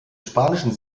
spanischen